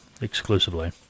exclusively